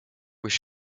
with